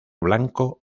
blanco